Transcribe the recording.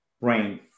brain